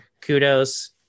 kudos